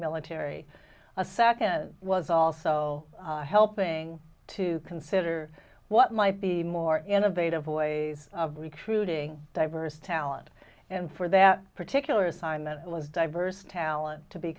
military a second was also helping to consider what might be more innovative ways of recruiting diverse talent and for that particular assignment was diverse talent to be